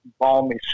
balmy